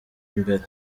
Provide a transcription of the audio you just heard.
mbere